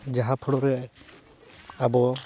ᱡᱟᱦᱟᱸ ᱯᱷᱳᱲᱳ ᱨᱮ ᱟᱵᱚ